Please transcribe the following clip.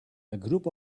group